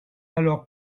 alors